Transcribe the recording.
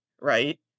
Right